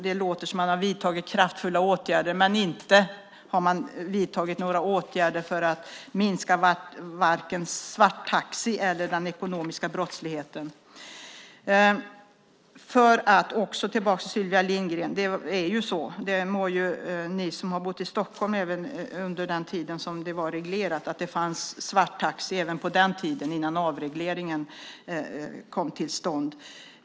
Det låter som att man har vidtagit kraftfulla åtgärder. Men man har inte vidtagit några åtgärder för att minska vare sig antalet svarttaxibilar eller den ekonomiska brottsligheten. Jag vänder mig nu till Sylvia Lindgren. Ni som bodde i Stockholm även under den tid då taxibranschen var reglerad måste veta att det fanns svarttaxi även på den tiden, alltså innan det skedde en avreglering.